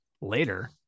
later